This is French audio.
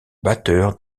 batteur